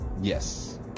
yes